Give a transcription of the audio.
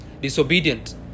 disobedient